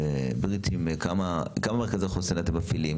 כמה מרכזי חוסן אתם מפעילים?